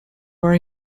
are